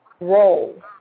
role